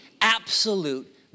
absolute